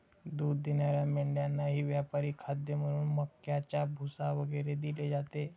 दूध देणाऱ्या मेंढ्यांनाही व्यापारी खाद्य म्हणून मक्याचा भुसा वगैरे दिले जाते